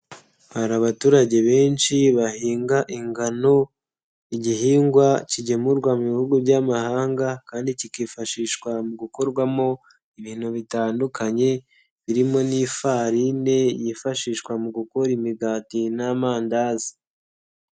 Hari abaturage benshi bahinga ingano, igihingwa kigemurwa mu bihugu by'amahanga kandi kikifashishwa mu gukorwamo ibintu bitandukanye, birimo nk'ifarine yifashishwa mu gukora imigati n'amandazi.